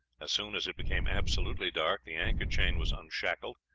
as soon as it became absolutely dark, the anchor chain was unshackled,